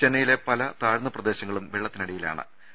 ചെന്നൈ യിലെ പല താഴ്ന്ന പ്രദേശങ്ങളും വെള്ളത്തിനടിയിലാ ണ്